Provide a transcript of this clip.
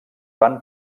van